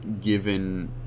given